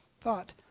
thought